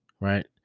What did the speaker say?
right